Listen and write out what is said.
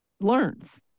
learns